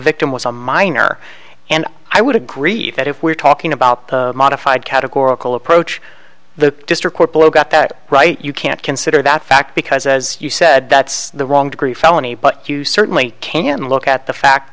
victim was a minor and i would agree that if we're talking about modified categorical approach the district court below got that right you can't consider that fact because as you said that's the wrong degree felony but you certainly can look at the fact